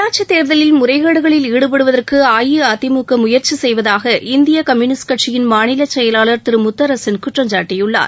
உள்ளாட்சிதேர்தலில் முறைகேடுகளில் ஈடுபடுவதற்குஅஇஅதிமுகமுயற்சிசெய்வதாக இந்தியகம்யுனிஸ்ட் கட்சியின் மாநிலசெயலாளர் திருமுத்தரசன் குற்றம்சாட்டியுள்ளார்